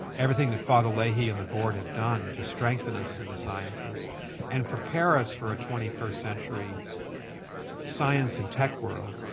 everything that father leahy and the board have done to strengthen us in the sciences and prepare us for a twenty first century science and tech world,